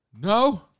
no